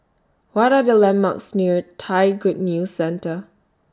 What Are The landmarks near Thai Good News Centre